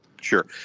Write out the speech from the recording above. Sure